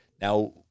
Now